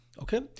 Okay